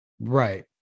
right